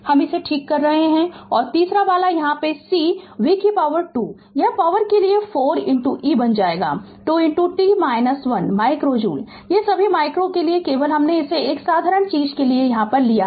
हम इसे ठीक कर रहे है और तीसरा वाला यहाँ आधा C v2 यह पॉवर के लिए 4 e बन जाएगा 2 t 1 माइक्रो जूल ये सभी माइक्रो के लिए केवल हमने इसे एक साधारण चीज के लिए किया है